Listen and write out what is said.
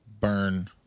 burn